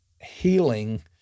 healing